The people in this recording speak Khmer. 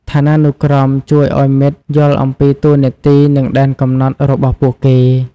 ឋានានុក្រមជួយឱ្យមិត្តយល់អំពីតួនាទី និងដែនកំណត់របស់ពួកគេ។